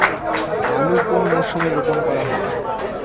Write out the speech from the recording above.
আলু কোন মরশুমে রোপণ করা হয়?